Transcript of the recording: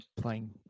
playing